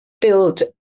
build